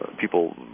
people